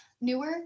newer